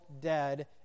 dead